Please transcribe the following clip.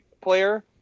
player